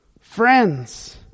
Friends